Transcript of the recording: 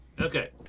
Okay